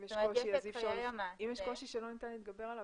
אם ש קושי שלא ניתן להתגבר עליו.